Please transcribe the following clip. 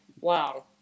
Wow